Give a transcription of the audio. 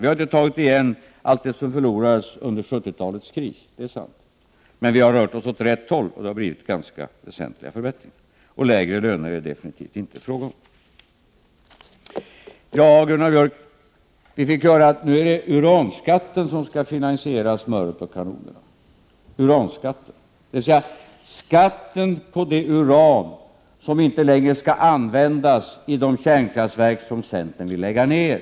Vi har inte tagit igen allt det som förlorades under 1970-talets kris, det är sant, men vi har rört oss åt rätt håll och det har lett till ganska väsentliga förbättringar, och lägre löner är det definitivt inte fråga om. Ja, Gunnar Björk, vi fick höra att det nu är uranskatten som skall finansiera smöret och kanonerna. Uranskatten är skatten på det uran som inte längre skall användas i de kärnkraftverk som centern vill lägga ned.